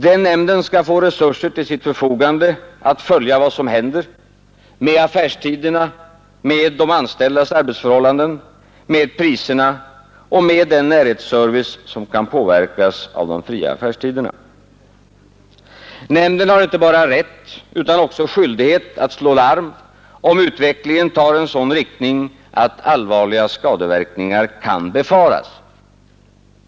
Den nämnden skall få resurser till sitt förfogande att följa vad som händer med affärstiderna, med de anställdas arbetsförhållanden, med priserna och med den närhetsservice som kan påverkas av de fria affärstiderna. Nämnden har inte bara rätt utan också skyldighet att slå larm om utvecklingen går i en sådan riktning att allvarliga skadeverkningar kan befaras.